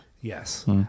Yes